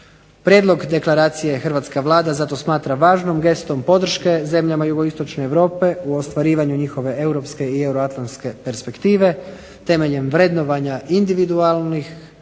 Prijedlog Deklaracije Hrvatska vlada zato smatra gestom podrške zemljama jugoistočne Europe u ostvarivanju njihove europske i euroatlantske perspektive temeljem vrednovanja individualnih